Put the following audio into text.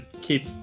keep